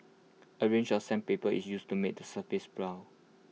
A range of sandpaper is used to make the surface